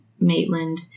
Maitland